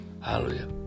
Hallelujah